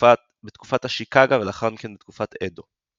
בתקופת אשיקאגה ולאחר מכן בתקופת אדו.